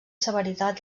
severitat